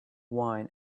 wine